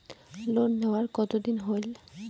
Loan নেওয়ার কতদিন হইল?